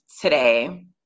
today